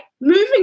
moving